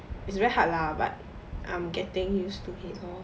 it's very hard lah but I'm getting used to it lor